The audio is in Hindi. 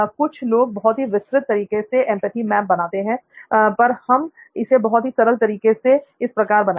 कुछ लोग बहुत ही विस्तृत तरीके से एंपैथी मैप बनाते हैं पर हम इसे बहुत ही सरल तरीके से इस प्रकार करेंगे